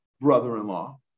brother-in-law